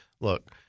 look –